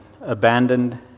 abandoned